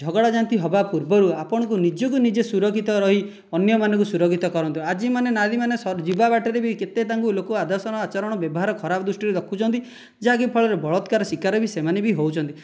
ଝଗଡ଼ା ଝାଟି ହେବା ପୂର୍ବରୁ ଆପଣଙ୍କୁ ନିଜକୁ ନିଜେ ସୁରକ୍ଷିତ ରହି ଅନ୍ୟମାନଙ୍କୁ ସୁରକ୍ଷିତ କରନ୍ତୁ ଆଜିମାନେ ନାରୀମାନେ ଯିବା ବାଟରେ ବି କେତେ ତାଙ୍କୁ ଲୋକ ଆଦର୍ଶଣ ଆଚାରଣ ବ୍ୟବହାର ଖରାପ ଦୃଷ୍ଟିରୁ ଦେଖୁଛନ୍ତି ଯାହାକି ଫଳରେ ବଳତ୍କାର ଶିକାର ସେମାନେ ବି ହେଉଛନ୍ତି